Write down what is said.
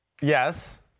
Yes